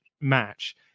match